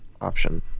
option